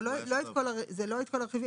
אבל לא את כל, זה לא את כל הרכיבים.